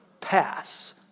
Pass